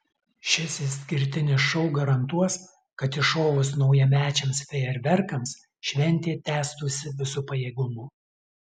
šis išskirtinis šou garantuos kad iššovus naujamečiams fejerverkams šventė tęstųsi visu pajėgumu